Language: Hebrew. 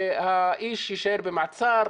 האיש יישאר במעצר,